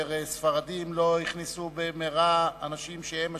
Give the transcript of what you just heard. כאשר ספרדים לא הכניסו במהרה אנשים שהם אשכנזים,